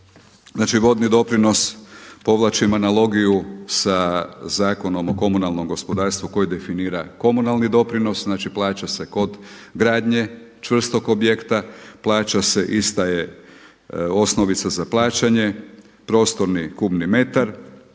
vodni doprinos, povlačim analogiju sa Zakonom o komunalnom gospodarstvu koji definira komunalni doprinos, znači plaća se kod gradnje čvrstog objekta, plaća se ista je osnovica za plaćanje, prostorni kubni metar.